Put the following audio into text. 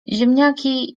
ziemniaki